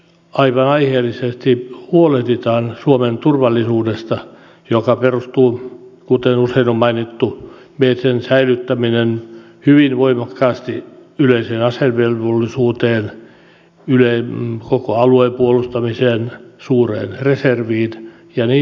minusta aivan aiheellisesti huolehditaan suomen turvallisuudesta jonka säilyttäminen perustuu kuten usein on mainittu hyvin voimakkaasti yleiseen asevelvollisuuteen koko alueen puolustamiseen suureen reserviin ja niin edelleen